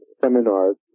seminars